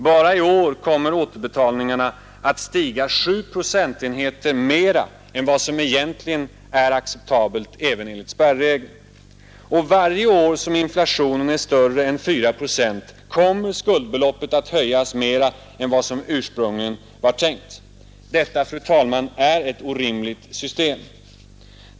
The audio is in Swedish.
Bara i år kommer återbetalningarna att stiga 7 procentenheter mera än vad som egentligen är acceptabelt även enligt spärregeln. Varje år som inflationen är större än 4 procent kommer skuldbeloppet att höjas mer än vad som ursprungligen var tänkt. Detta, fru talman, är ett orimligt system.